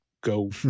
go